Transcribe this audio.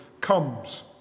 comes